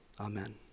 Amen